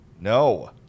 No